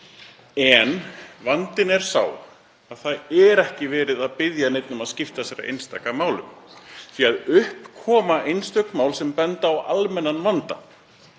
En vandinn er sá að það er ekki verið að biðja neinn um að skipta sér af einstaka málum því að upp koma einstök mál sem benda á almennan vanda.